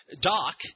Doc